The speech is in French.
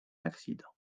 accident